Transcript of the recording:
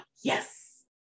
yes